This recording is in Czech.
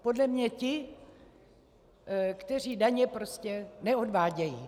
Podle mě ti, kteří daně prostě neodvádějí.